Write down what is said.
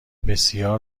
بسیار